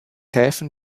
häfen